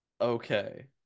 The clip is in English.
Okay